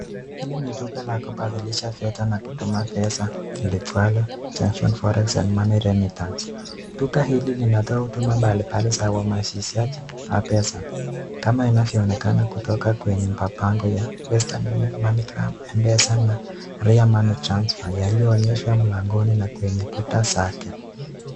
Hili ni duka la kubadilisha fedha na kutuma pesa, liitwalo J unction Forex and Money Remittance. Duka hili linatoa huduma mbalimbali za ubadilishaji wa pesa kama inavyoonekana kutoka kwenye mpapango ya Western Union, MoneyGram, M-Pesa na Ria Money Transfer yaliyoonyeshwa mlangoni na kwenye kuta zake.